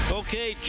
okay